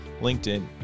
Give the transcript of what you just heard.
linkedin